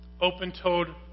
Open-toed